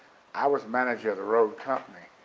i was manager of the road company.